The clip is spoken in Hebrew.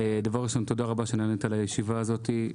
דבר ראשון תודה רבה שנענית לישיבה הזאת.